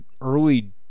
early